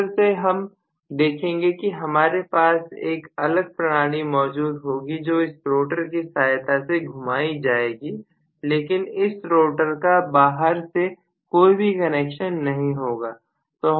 motor में हम देखेंगे कि हमारे पास एक अलग प्रणाली मौजूद होगी जो इस रोटर की सहायता से घुमाई जाएगी लेकिन इस रोटर का बाहर से कोई भी कनेक्शन नहीं होगा